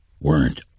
Weren't